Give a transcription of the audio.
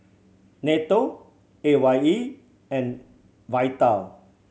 NATO A Y E and Vital